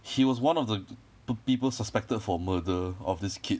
he was one of the two people suspected for murder of this kid